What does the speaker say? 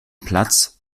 platz